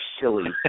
silly